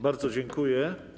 Bardzo dziękuję.